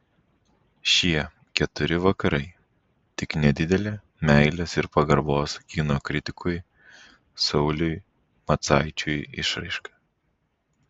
šie keturi vakarai tik nedidelė meilės ir pagarbos kino kritikui sauliui macaičiui išraiška